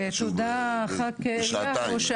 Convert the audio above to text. תודה ח"כ רביבו,